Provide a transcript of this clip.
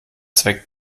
zweck